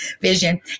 vision